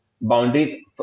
Boundaries